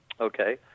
Okay